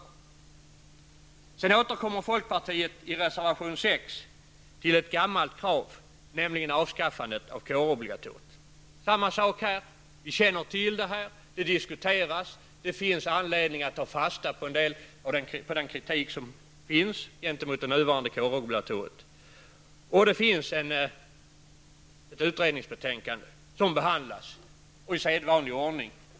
Folkpartiet återkommer sedan i reservation 6 till ett gammalt krav, nämligen avskaffandet av kårobligatoriet. Det är samma sak också här. Vi känner till saken, den diskuteras, och det finns anledning att ta fasta på en del av den kritik som framförs mot det nuvarande kårobligatoriet. Men det kommer också ett utredningsbetänkande som skall behandlas i sedvanlig ordning.